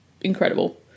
incredible